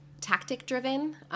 tactic-driven